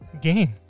game